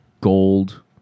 Gold